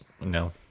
No